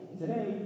today